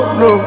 no